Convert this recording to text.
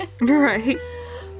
right